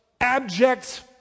abject